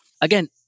Again